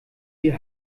die